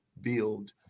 build